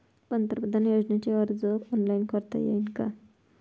पंतप्रधान योजनेचा अर्ज ऑनलाईन करता येईन का?